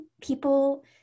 people